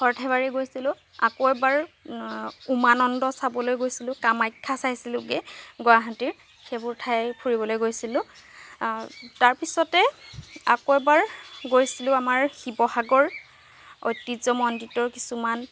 সৰ্থেবাৰী গৈছিলো আকৌ এবাৰ উমানন্দ চাবলৈ গৈছিলো কামাখ্যা চাইছিলোগৈ গুৱাহাটীৰ সেইবোৰ ঠাই ফুৰিবলৈ গৈছিলো তাৰপিছতে আকৌ এবাৰ গৈছিলো আমাৰ শিৱসাগৰ ঐতিহ্যমণ্ডিত কিছুমান